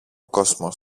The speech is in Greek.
κόσμος